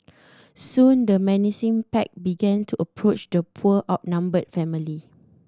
soon the menacing pack began to approach the poor outnumbered family